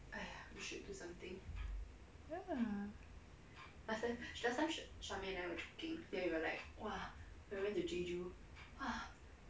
ya